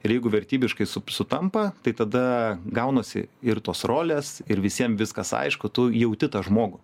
ir jeigu vertybiškai sup sutampa tai tada gaunasi ir tos rolės ir visiem viskas aišku tu jauti tą žmogų